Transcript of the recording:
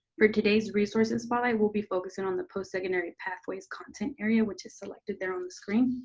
for today's resources spotlight we'll be focusing on the postsecondary pathways content area, which is selected there on the screen.